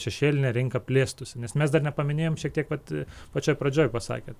šešėlinė rinka plėstųsi nes mes dar nepaminėjom šiek tiek vat pačioj pradžioj pasakėt